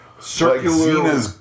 circular